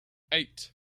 eight